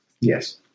Yes